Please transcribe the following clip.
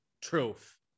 truth